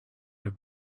have